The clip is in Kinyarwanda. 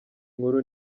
nkuru